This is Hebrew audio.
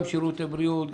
גם שירותי בריאות,